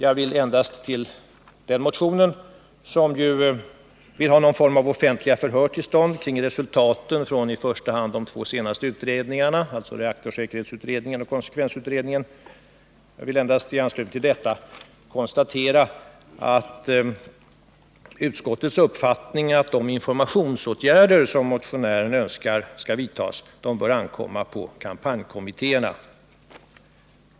Motionären vill få till stånd någon form av offentliga förhör med anledning av resultaten av i första hand de två senaste utredningarna, dvs. reaktorsäkerhetsutredningen och konsekvensutredningen. Jag vill endast konstatera att det enligt utskottets uppfattning bör ankomma på kampanjkommittéerna att svara för den information som motionären önskar.